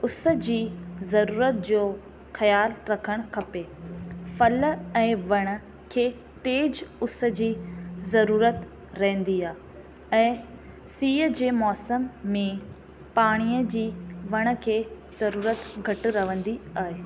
उस जी ज़रूरत जो ख़्याल रखणु खपे फल ऐं वण खे तेज़ु उस जी ज़रूरत रहंदी आहे ऐं सीअ जे मौसम में पाणीअ जी वण खे ज़रूरत रहंदी आहे